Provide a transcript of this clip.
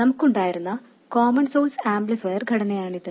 നമുക്ക് ഉണ്ടായിരുന്ന common source amplifier ഘടനയാണിത്